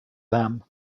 them